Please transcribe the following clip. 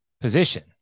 position